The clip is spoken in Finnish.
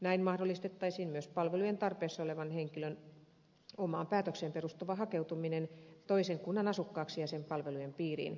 näin mahdollistettaisiin myös palvelujen tarpeessa olevan henkilön omaan päätökseen perustuva hakeutuminen toisen kunnan asukkaaksi ja sen palvelujen piiriin